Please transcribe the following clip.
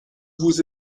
vous